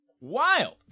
wild